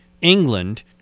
England